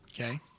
Okay